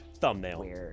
thumbnail